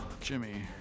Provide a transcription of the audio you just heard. Jimmy